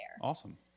Awesome